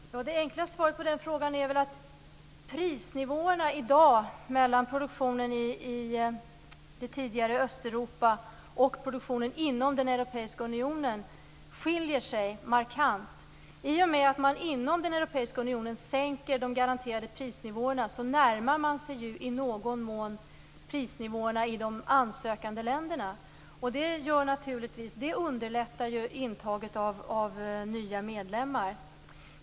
Fru talman! Det enkla svaret på den frågan är väl att prisnivåerna i dag mellan produktionen i det tidigare Östeuropa och produktionen inom Europeiska unionen skiljer sig markant. I och med att man inom Europeiska unionen sänker de garanterade prisnivåerna närmar man sig i någon mån prisnivåerna i de ansökande länderna. Det underlättar intaget av nya medlemmar.